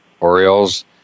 Orioles